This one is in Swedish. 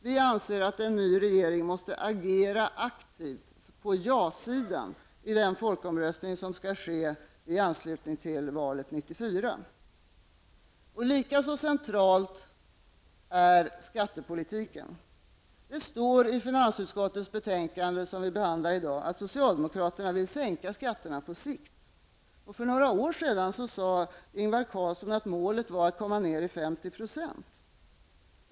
Vi anser att en ny regering måste agera aktivt på ja-sidan i den folkomröstning som skall ske i anslutning till valet Likaså centralt är skattepolitiken. Det står i det betänkande från finansutskottet som vi behandlar i dag att socialdemokraterna vill sänka skatterna på sikt. För några år sedan sade Ingvar Carlsson att målet var att komma ner till 50 % skattetryck.